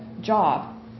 job